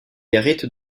hérite